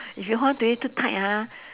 if you hold onto it too tight ah